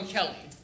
Kelly